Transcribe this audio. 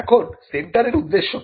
এখন সেন্টারের উদ্দেশ্য কি